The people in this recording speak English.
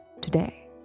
today